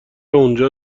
اونجا